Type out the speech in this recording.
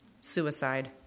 suicide